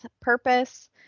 purpose